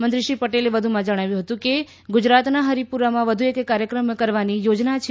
મંત્રી શ્રી પટેલે વધુમાં જણાવ્યું હતું કે ગુજરાતનાં હરિપુરામાં વધુ એક કાર્યક્રમ કરવાની યોજના છે